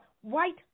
white